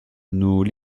nous